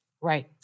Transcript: Right